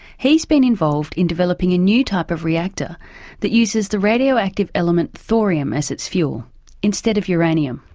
he's been involved in developing a new type of reactor that uses the radioactive element thorium as its fuel instead of uranium.